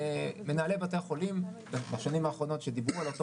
מנהלי בתי החולים בשנים האחרונות שדיברו על אותו